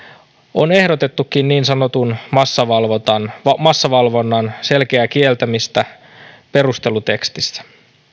on ehdotettukin niin sanotun massavalvonnan massavalvonnan selkeää kieltämistä perustelutekstissä